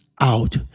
out